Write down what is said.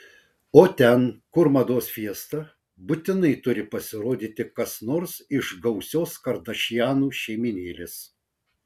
o ten kur mados fiesta būtinai turi pasirodyti kas nors iš gausios kardašianų šeimynėlės